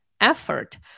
effort